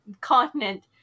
continent